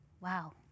wow